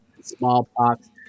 smallpox